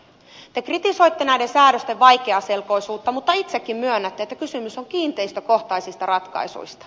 te kritisoitte näiden säädösten vaikeaselkoisuutta mutta itsekin myönnätte että kysymys on kiinteistökohtaisista ratkaisuista